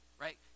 right